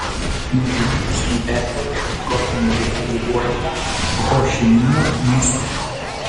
mergina neseniai perkelta į tropinių ligų ligoninę ho ši mino mieste